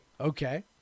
Okay